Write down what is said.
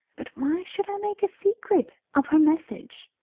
but why should i make a secret of her message?